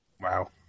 Wow